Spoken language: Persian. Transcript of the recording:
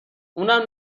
اونم